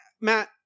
Matt